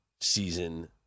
season